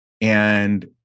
And-